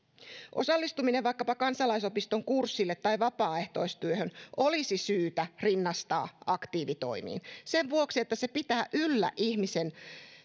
osallistuminen vaikkapa kansalaisopiston kurssille tai vapaaehtoistyöhön olisi syytä rinnastaa aktiivitoimiin sen vuoksi että se pitää yllä ihmisen